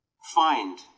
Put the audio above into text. Find